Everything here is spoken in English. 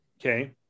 okay